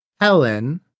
Helen